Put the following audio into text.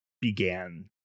began